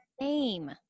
name